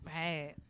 Right